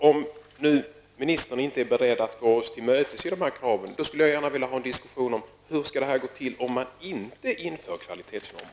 Om nu ministern inte är beredd att gå oss till mötes när det gäller dessa krav, vill jag gärna ha en diskussion om hur det skall gå till om man inte inför kvalitetsnormer.